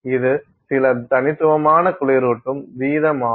இது சில தனித்துவமான குளிரூட்டும் வீதமாகும்